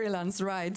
תודה רבה שהצטרפת אלינו.